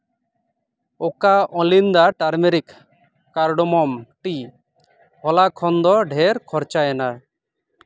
ᱚᱠᱟ ᱚᱞᱤᱱᱫᱟ turmeric cardamom ᱴᱤ ᱦᱚᱞᱟ ᱠᱷᱚᱱ ᱫᱚ ᱰᱷᱮᱨ ᱠᱷᱚᱨᱪᱟᱭᱮᱱᱟ